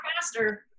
faster